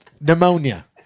Pneumonia